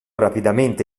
rapidamente